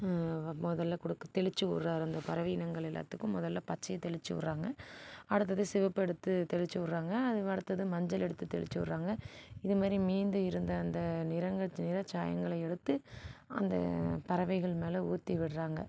முதல்ல பச்சையை தெளுத்துவுட்ராரு அந்த பறவை இனங்கள் எல்லாத்துக்கும் முதல்ல பச்சைய தெளித்துவுட்ராங்க அடுத்தது சிவப்பெடுத்து தெளித்துவுட்ராங்க அடுத்தது மஞ்சள் எடுத்து தெளித்துவுட்ராங்க இது மாதிரி மீந்து இருந்த அந்த நிறம் நிறச்சாயங்கள் எடுத்து அந்த பறவைகள் மேல் ஊற்றி விடறாங்க